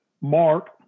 Mark